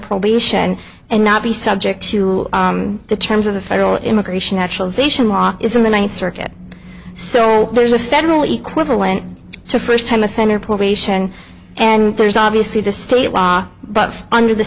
probation and not be subject to the terms of the federal immigration naturalization law is in the ninth circuit so there's a federal equal went to first time offender probation and there's obviously the state law but under the